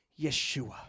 Yeshua